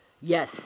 Yes